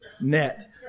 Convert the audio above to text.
net